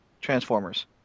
Transformers